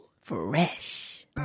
Fresh